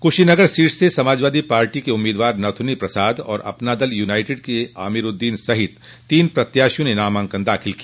Kushinagar seat से सपा उम्मीदवार नथ्नी प्रसाद और अपना दल यूनाइटेड के अमीरूद्दीन सहित तीन प्रत्याशियों ने नामांकन दाखिल किया